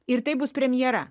ir tai bus premjera